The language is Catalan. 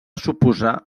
suposar